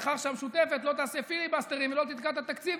על כך שהמשותפת לא תעשה פיליבסטרים ולא תתקע את התקציב,